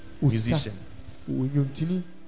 musician